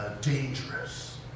dangerous